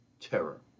terror